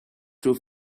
true